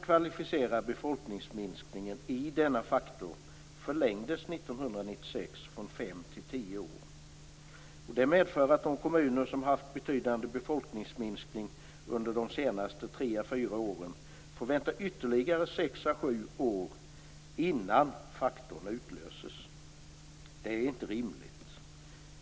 Kvalificeringstiden för befolkningsminskningen i denna faktor förlängdes 1996 från fem till tio år. Det medför att de kommuner som haft betydande befolkningsminskning under de senaste tre à fyra åren får vänta ytterligare sex à sju år innan faktorn utlöses. Det är inte rimligt.